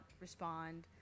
respond